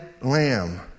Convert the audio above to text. lamb